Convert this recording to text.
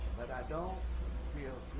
but i don't feel